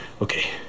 Okay